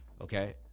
Okay